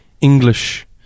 english